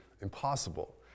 impossible